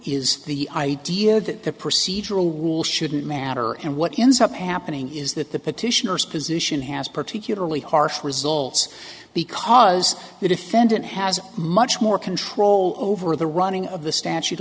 is the idea that the procedural rule shouldn't matter and what ins up happening is that the petitioners position has particularly harsh results because the defendant has much more control over the running of the statute